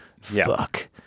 Fuck